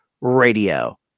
Radio